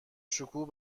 شکوه